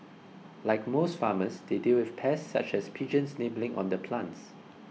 like most farmers they deal with pests such as pigeons nibbling on the plants